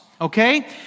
okay